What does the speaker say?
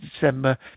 December